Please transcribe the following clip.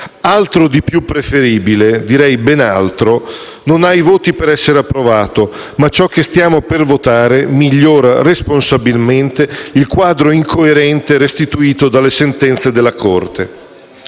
Altro di più preferibile, direi ben altro, non ha i voti per essere approvato, ma ciò che stiamo per votare migliora responsabilmente il quadro incoerente restituito dalle sentenze della Corte.